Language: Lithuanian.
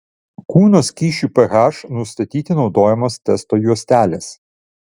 kūno skysčių ph nustatyti naudojamos testo juostelės